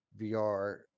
VR